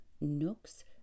nooks